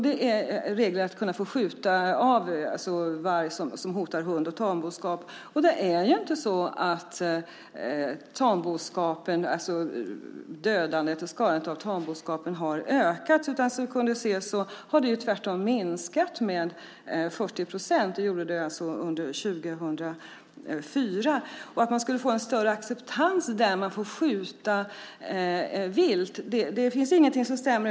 Det finns regler om att man får skjuta av varg som hotar hund och tamboskap. Mängden tamboskap som dödas eller skadas av varg har inte ökat - tvärtom kan vi se att den har minskat med 40 procent under 2004. Att man skulle få en större acceptans för vargstammen om man får skjuta vilt är inget som stämmer.